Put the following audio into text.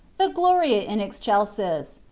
the gloria in excelsis.